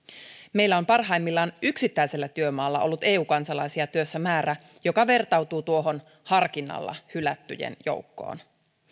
meillä on parhaimmillaan yksittäisellä työmaalla ollut eu kansalaisia työssä määrä joka vertautuu tuohon harkinnalla hylättyjen joukkoon